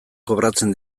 kobratzen